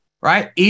right